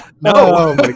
No